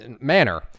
manner